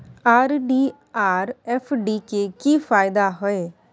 RD or FD के की फायदा हय?